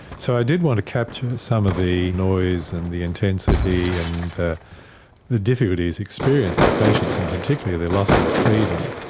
so i did want to capture some of the noise and the intensity and the difficulties experienced by patients, and particularly their loss of freedom.